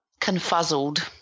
confuzzled